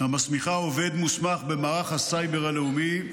המסמיכה עובד מוסמך במערך הסייבר הלאומי,